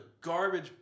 garbage